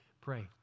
Pray